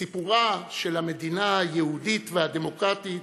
סיפורה של המדינה היהודית והדמוקרטית